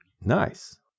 Nice